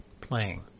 playing